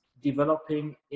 developing